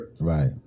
Right